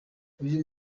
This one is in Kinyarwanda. uyu